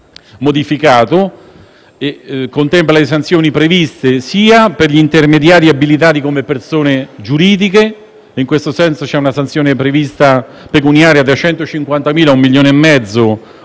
modificato, contempla le sanzioni previste per gli intermediari abilitati come persone giuridiche; in questo senso è prevista una sanzione pecuniaria da 150.000 ad un milione e mezzo